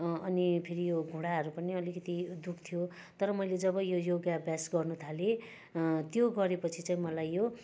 अनि फेरि यो घुँडाहरू पनि अलिकति दुख्थ्यो तर मैले जब यो योगा अभ्यास गर्नुथालेँ त्यो गरेपछि चाहिँ मलाई यो